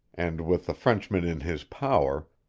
and with the frenchman in his power,